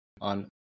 on